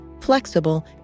flexible